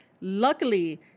Luckily